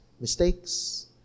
mistakes